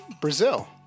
Brazil